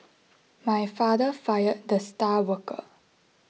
my father fired the star worker